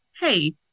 Hey